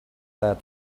that